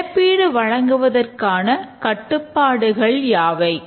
இழப்பீடு வழங்குவதற்கான கட்டுப்பாடுகள் யாவை